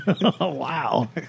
Wow